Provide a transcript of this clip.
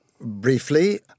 briefly